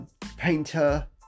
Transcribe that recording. painter